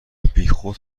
بیخود